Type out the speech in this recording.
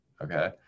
Okay